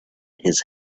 his